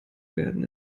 werden